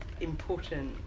important